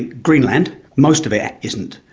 greenland, most of it isn't.